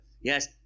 Yes